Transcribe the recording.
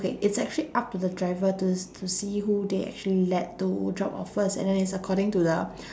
okay it's actually up to the driver to to see who they actually let to drop off first and then it's according to the